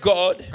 God